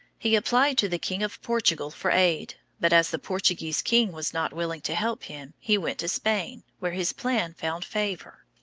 he applied to the king of portugal for aid but as the portuguese king was not willing to help him, he went to spain, where his plan found favor.